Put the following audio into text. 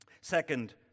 Second